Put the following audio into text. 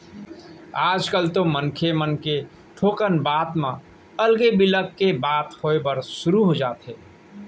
आजकल तो मनसे मन के थोकन बात म अलगे बिलग के बात होय बर सुरू हो जाथे